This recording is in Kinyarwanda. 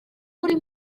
uri